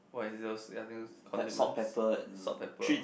what is this those those condiment salt pepper